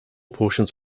portions